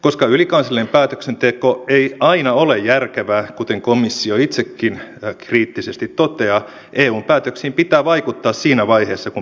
koska ylikansallinen päätöksenteko ei aina ole järkevää kuten komissio itsekin kriittisesti toteaa eun päätöksiin pitää vaikuttaa siinä vaiheessa kun päätöksiä valmistellaan